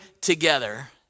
together